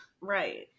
Right